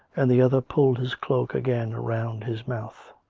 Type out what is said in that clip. and the other pulled his cloak again round his mouth.